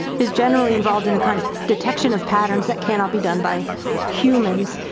is generally involved in a kind of detection of patterns that cannot be done by humans.